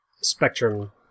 Spectrum